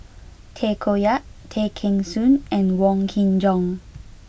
Tay Koh Yat Tay Kheng Soon and Wong Kin Jong